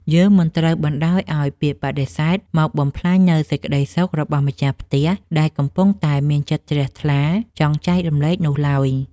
យើងមិនត្រូវបណ្តោយឱ្យពាក្យបដិសេធមកបំផ្លាញនូវសេចក្តីសុខរបស់ម្ចាស់ផ្ទះ ដែលកំពុងតែមានចិត្តជ្រះថ្លាចង់ចែករំលែកនោះឡើយ។